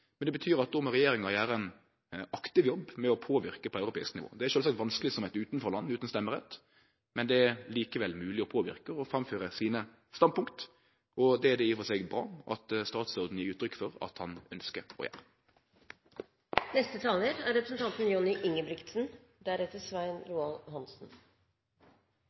men det betyr at då må regjeringa gjere ein aktiv jobb med å påverke på europeisk nivå. Det er sjølvsagt vanskeleg som eit utanforland utan stemmerett, men det er likevel mogleg å påverke og framføre sine standpunkt, og det er det i og for seg bra at statsråden gjev uttrykk for at han ønskjer å gjere. Som flere har sagt, er